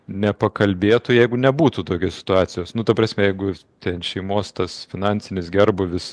nepakalbėtų jeigu nebūtų tokia situacijos nu ta prasme jeigu ten šeimos tas finansinis gerbūvis